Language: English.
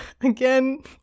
Again